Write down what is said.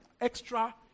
extra